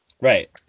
Right